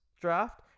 draft